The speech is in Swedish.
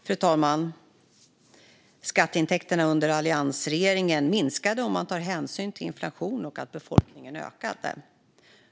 Fru talman! Skatteintäkterna under alliansregeringen minskade om man tar hänsyn till inflation och till att befolkningen ökade.